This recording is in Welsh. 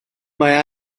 mae